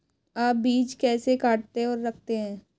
आप बीज कैसे काटते और रखते हैं?